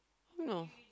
you know